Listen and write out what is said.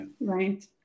Right